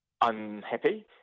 unhappy